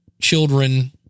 children